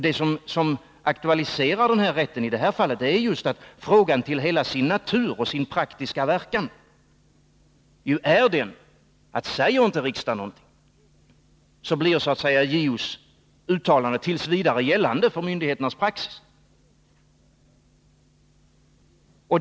Det som aktualiserar den här rätten i detta fall är just det faktum att frågan till hela sin natur och sin praktiska verkan ju är den att säger riksdagen inte någonting, blir JO:s uttalande så att säga t. v. gällande för myndigheternas praxis.